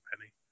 penny